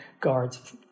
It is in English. guards